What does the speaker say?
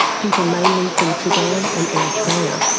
people mainly from sudan and eritrea,